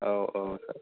औ औ सार